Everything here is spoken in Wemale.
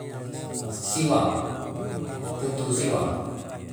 Siwa putusiwa.